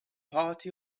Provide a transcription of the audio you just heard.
party